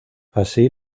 así